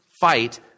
fight